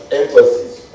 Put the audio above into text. emphasis